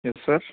yes sir